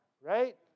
right